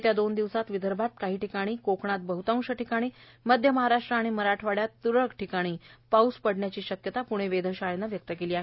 येत्या दोन दिवसात विदर्भात काही ठिकाणी कोकणात बहतांश ठिकाणी मध्य महाराष्ट्र आणि मराठवाड्यात तुरळक ठिकाणी पाऊस पडण्याची शक्यता पुणे वेधशाळेनं व्यक्त केली आहे